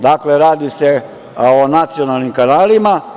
Dakle radi se o nacionalnim kanalima.